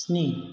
स्नि